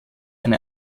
eine